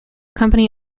company